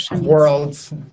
worlds